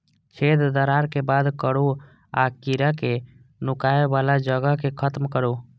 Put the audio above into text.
छेद, दरार कें बंद करू आ कीड़ाक नुकाय बला जगह कें खत्म करू